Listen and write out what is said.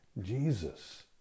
Jesus